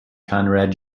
conrad